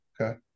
Okay